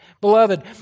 Beloved